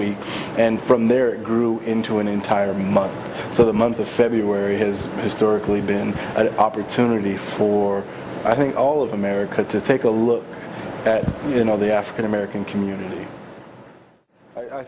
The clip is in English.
week and from there grew into an entire month so the month of february has historically been an opportunity for i think all of america to take a look at you know the african american community i